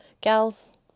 gals